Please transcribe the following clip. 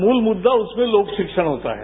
मूल मुद्दा उसमें लोक शिक्षण होता है